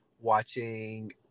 watching